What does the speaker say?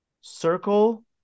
circle